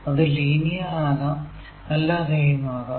അത് ലീനിയർ ആകാം അല്ലാതെയും ആകാം